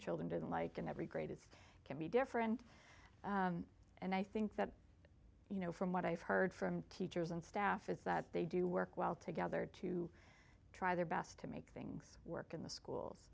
children didn't like and every grade is can be different and i think that you know from what i've heard from teachers and staff is that they do work well together to try their best to make things work in the